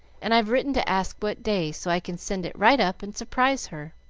and i've written to ask what day, so i can send it right up and surprise her.